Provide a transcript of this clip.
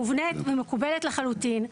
מובנית ומקובלת לחלוטין,